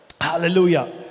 hallelujah